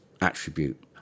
attribute